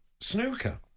snooker